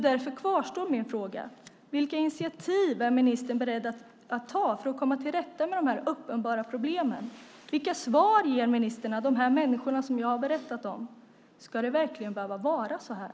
Därför kvarstår mina frågor: Vilka initiativ är ministern beredd att ta för att komma till rätta med dessa uppenbara problem? Vilka svar ger ministern de människor jag har berättat om? Ska det verkligen behöva vara så här?